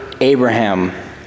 Abraham